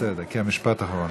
בסדר, משפט אחרון.